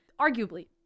arguably